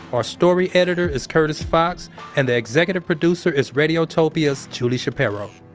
our story editor is curtis fox and the executive producer is radiotopia's julie shapiro